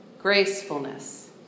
gracefulness